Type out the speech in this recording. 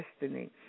destiny